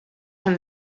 from